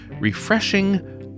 refreshing